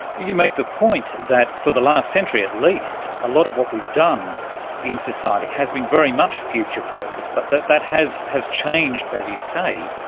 you make the point that for the last century at least a lot of what we've done in society has been very much future focused, but that that has has changed, as you say.